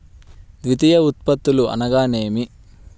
ద్వితీయ ఉత్పత్తులు అనగా నేమి?